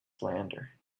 slander